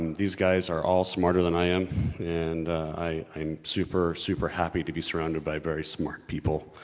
these guys are all smarter than i am and i am super, super happy to be surrounded by very smart people.